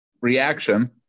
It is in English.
reaction